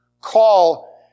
call